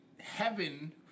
Heaven